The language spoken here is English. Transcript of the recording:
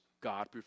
God